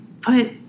put